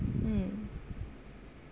mm